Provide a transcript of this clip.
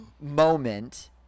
moment